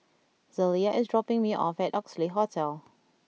Zelia is dropping me off at Oxley Hotel